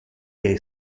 que